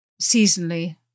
seasonally